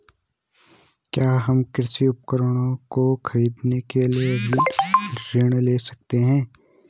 क्या हम कृषि उपकरणों को खरीदने के लिए ऋण ले सकते हैं?